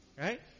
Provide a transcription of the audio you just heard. Right